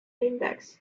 index